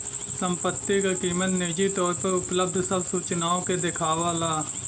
संपत्ति क कीमत निजी तौर पर उपलब्ध सब सूचनाओं के देखावला